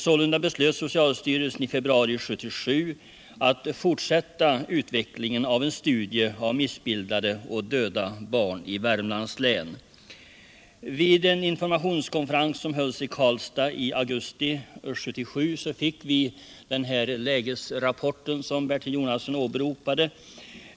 Sålunda beslöt socialstyrelsen i februari 1977 att fortsätta utvecklingen av en studie av missbildade och döda barn i Värmlands län. Vid en informationskonferens som hölls i Karlstad i augusti 1977 fick vi den lägesrapport som Bertil Jonasson åberopade.